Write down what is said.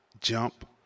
jump